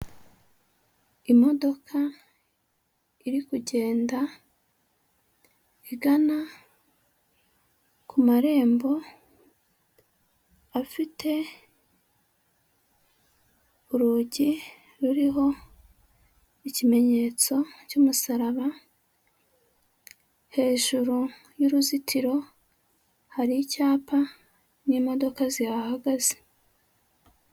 Imodoka iri kugenda igana ku marembo afite urugi ruriho ikimenyetso cy'umusaraba, hejuru y'uruzitiro hari icyapa n'imodoka zihagaze.